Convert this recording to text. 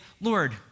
Lord